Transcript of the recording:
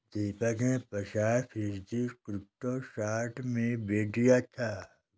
दीपक ने पचास फीसद क्रिप्टो शॉर्ट में बेच दिया